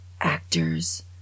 actors